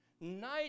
night